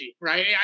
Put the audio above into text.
right